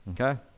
Okay